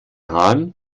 haaren